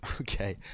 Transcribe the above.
okay